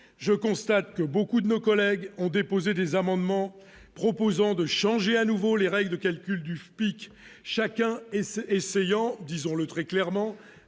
je constate que beaucoup de nos collègues ont déposé des amendements proposant de changer à nouveau les règles de calcul du pic, chacun essaie essayant disons le très clairement